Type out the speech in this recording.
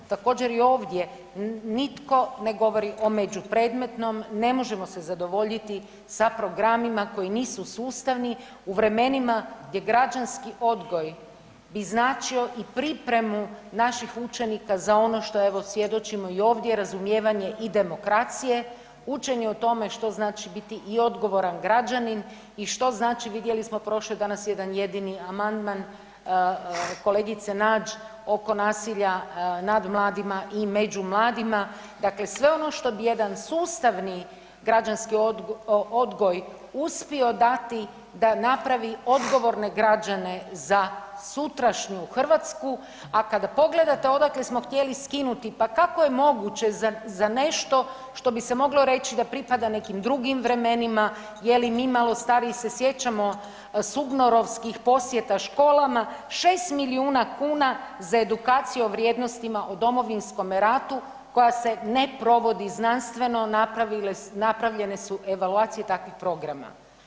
Također i ovdje nitko ne govori o međupredmetom, ne možemo se zadovoljiti sa programima koji nisu sustavni u vremenima gdje građanski odgoj bi značio i pripremu naših učenika za ono što evo svjedočimo i ovdje razumijevanje i demokracije, učenju o tome što znači biti i odgovoran građanin i što znači vidjeli smo prošao je danas jedan jedini amandman kolegice Nađ oko nasilja nad mladima i među mladima, dakle sve ono što bi jedan sustavni građanski odgoj uspio dati da napravi odgovorne građane za sutrašnju Hrvatsku, a kada pogledate odakle smo htjeli skinuti pa kako je moguće za nešto što bi se moglo reći da pripada nekim drugim vremenima, je li mi malo stariji se sjećamo SUBNOR-ovskih posjeta školama, 6 milijuna kuna za edukaciju o vrijednostima o Domovinskom ratu koja se ne provodi znanstveno napravljene su evaluacije takvih programa.